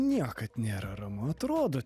niekad nėra ramu atrodo